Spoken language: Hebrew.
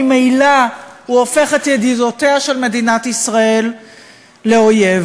ממילא הוא הופך את ידידותיה של מדינת ישראל לאויב.